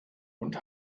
und